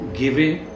giving